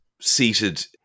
seated